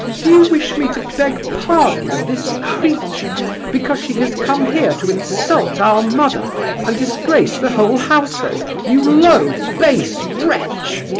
do you wish me to beg pardon of this creature because she has come here to insult our mother and disgrace the whole household, you low, base wretch?